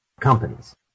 companies